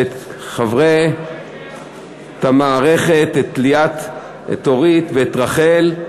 ואת חברי המערכת ליאת, אורית ורחל,